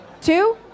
Two